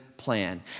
plan